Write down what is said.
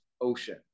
ocean